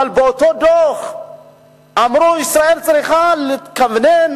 אבל באותו דוח אמרו שישראל צריכה להתכוונן